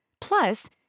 Plus